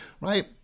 right